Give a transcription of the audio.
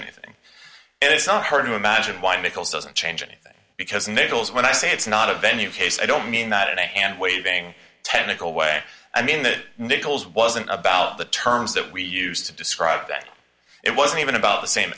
anything and it's not hard to imagine why nichols doesn't change anything because nagel's when i say it's not a venue case i don't mean that in a hand waving technical way i mean that nichols wasn't about the terms that we use to describe that it wasn't even about the same